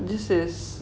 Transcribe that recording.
this is